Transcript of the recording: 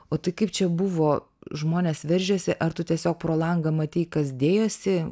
o tai kaip čia buvo žmonės veržėsi ar tu tiesiog pro langą matei kas dėjosi